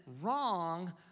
wrong